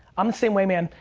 i'm the same way, man.